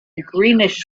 greenish